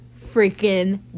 freaking